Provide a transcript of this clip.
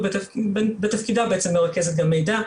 ובין תפקידיה היא מרכזת גם מידע,